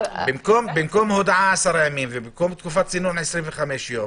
במקום הודעה עשרה ימים ותקופת צינון 25 יום